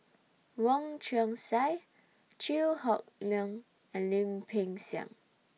Wong Chong Sai Chew Hock Leong and Lim Peng Siang